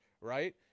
right